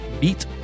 beat